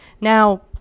Now